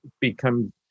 become